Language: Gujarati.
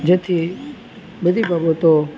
જેથી બધી બાબતો